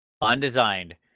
Undesigned